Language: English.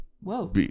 Whoa